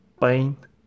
pain